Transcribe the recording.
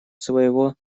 своего